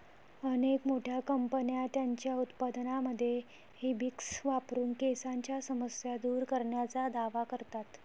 अनेक मोठ्या कंपन्या त्यांच्या उत्पादनांमध्ये हिबिस्कस वापरून केसांच्या समस्या दूर करण्याचा दावा करतात